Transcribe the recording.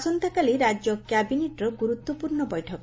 ଆସନ୍ତାକାଲି ରାଜ୍ୟ କ୍ୟାବିନେଟ୍ର ଗୁରୁତ୍ୱପୂର୍ଶ୍ଣ ବୈଠକ